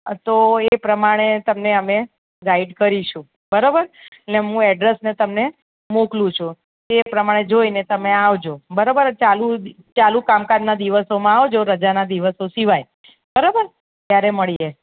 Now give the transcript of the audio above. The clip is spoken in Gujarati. તો એ પ્રમાણે તમને અમે ગાઈડ કરીશું બરાબર અને હું એડ્રેસ તમને મોકલું છુ એ પ્રમાણે જોઈને તમે આવજો બરાબર ચાલુ ચાલુ કામકાજના દિવસોમાં આવજો રજાના દિવસો સિવાય બરાબર ત્યારે મળીએ